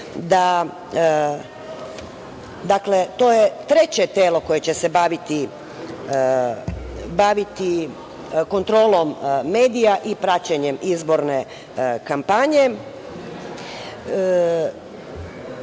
da je to treće telo koje će se baviti kontrolom medija i praćenjem izborne kampanje. Na